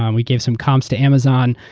um we gave some comps to amazon.